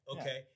Okay